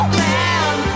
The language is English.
man